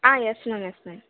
ah yes ma'am yes ma'am